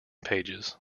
pages